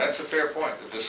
that's a fair for the